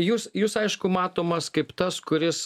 jūs jūs aišku matomas kaip tas kuris